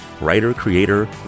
writer-creator